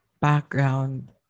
background